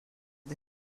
the